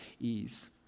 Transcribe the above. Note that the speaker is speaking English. ease